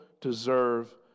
deserve